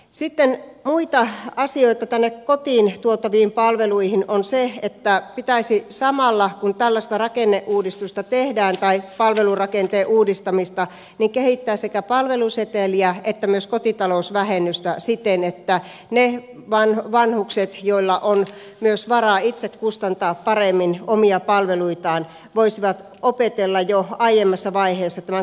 sitten muita asioita kotiin tuotaviin palveluihin on se että pitäisi samalla kun tehdään tällaista palvelurakenteen uudistamista kehittää sekä palveluseteliä että kotitalousvähennystä siten että ne vanhukset joilla on myös varaa itse kustantaa paremmin omia palveluitaan voisivat opetella jo aiemmassa vaiheessa tämän kotitalousvähennyksen käytön